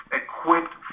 equipped